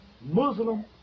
Muslim